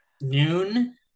noon